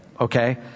okay